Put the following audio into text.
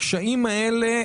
הקשיים האלה,